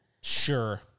Sure